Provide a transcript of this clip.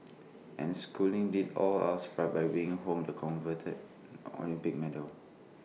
and schooling did all of us proud by bringing home the coveted Olympic medal